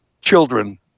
children